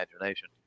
imagination